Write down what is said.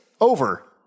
over